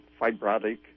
fibrotic